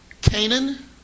Canaan